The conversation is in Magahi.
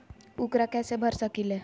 ऊकरा कैसे भर सकीले?